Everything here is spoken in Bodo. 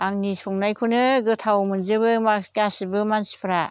आंनि संनायखौनो गोथाव मोनजोबो मानसि गासिबो मानसिफ्रा